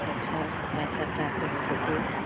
अच्छा पैसा प्राप्त हो सके